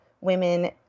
women